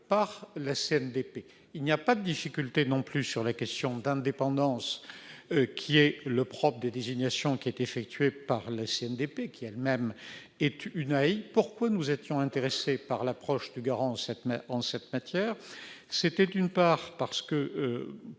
par la CNDP, il n'y a pas de difficulté non plus sur les questions d'indépendance qui est le propre des désignations qui est effectué par la CNDP qui elle-même est une pourquoi nous étions intéressés par l'approche du grand cette en cette matière, c'était d'une part, parce que